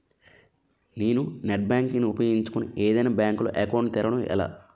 నేను net banking ను ఉపయోగించుకుని ఏదైనా బ్యాంక్ లో అకౌంట్ తెరవడం ఎలా?